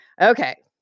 Okay